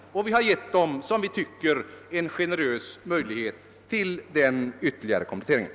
Vi har givit den en, som vi tycker, generös möjlighet till denna ytterligare komplettering.